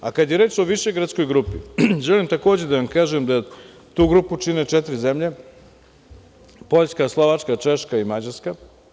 A kada je reč o Višegradskoj grupi, želim takođe da vam kažem da tu grupu čine četiri zemlje: Poljska, Slovačka, Češka i Mađarska.